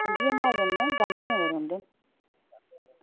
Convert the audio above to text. इंया मार्डन न गांधीनगर रौहंदे न